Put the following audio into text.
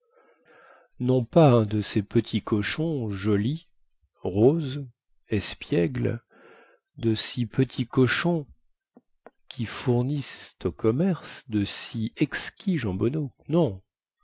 non pas un de ces petits cochons jolis roses espiègles de ces petits cochons qui fournissent au commerce de si exquis jambonneaux non